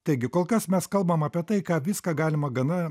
taigi kol kas mes kalbam apie tai ką viską galima gana